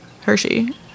Hershey